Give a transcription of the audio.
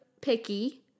picky